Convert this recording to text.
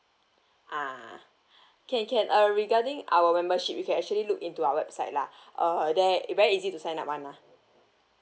ah can can uh regarding our membership you can actually look into our website lah uh there it very easy to sign up [one] lah